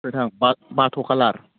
सोरहा बाथ' कालार